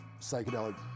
psychedelic